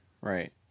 Right